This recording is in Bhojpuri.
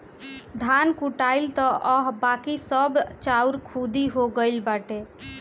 धान कुटाइल तअ हअ बाकी सब चाउर खुद्दी हो गइल बाटे